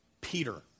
Peter